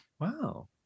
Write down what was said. wow